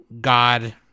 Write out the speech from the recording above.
god